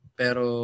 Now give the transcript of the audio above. pero